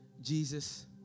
Jesus